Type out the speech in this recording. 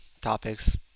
topics